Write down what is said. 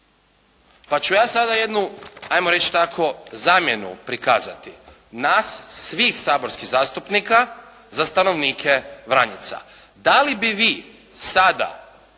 Pa ću ja sada jednu ajmo reći tako zamjenu prikazat nas svih saborskih zastupnika za stanovnike Vranjica. Da li bi vi sada